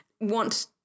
want